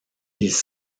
ils